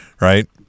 right